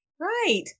Right